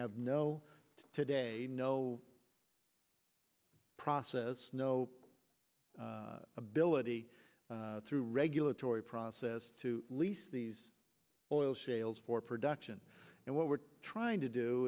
have no today no process no ability through regulatory process to lease these oil shales for production and what we're trying to